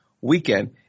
weekend